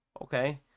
Okay